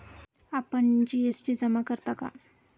आपण जी.एस.टी जमा करता का?